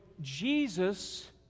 Jesus